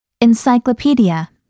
Encyclopedia